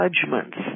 judgments